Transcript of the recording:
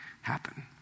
happen